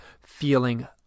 feeling